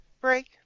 Break